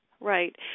Right